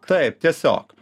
taip tiesiog